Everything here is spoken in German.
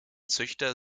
züchter